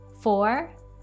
four